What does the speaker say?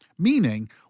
meaning